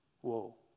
Whoa